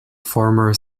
former